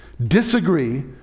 disagree